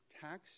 tax